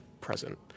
present